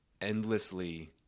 endlessly